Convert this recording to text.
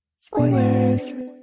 spoilers